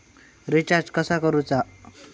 Recharge कसा करूचा?